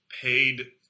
paid